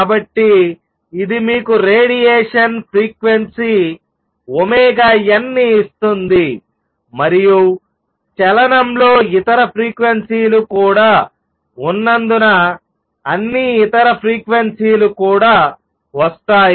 కాబట్టి ఇది మీకు రేడియేషన్ ఫ్రీక్వెన్సీ ω n ని ఇస్తుంది మరియు చలనంలో ఇతర ఫ్రీక్వెన్సీలు కూడా ఉన్నందున అన్ని ఇతర ఫ్రీక్వెన్సీలు కూడా వస్తాయి